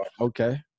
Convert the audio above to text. Okay